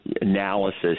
analysis